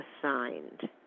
assigned